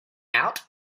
out